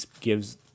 gives